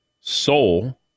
soul